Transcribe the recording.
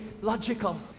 logical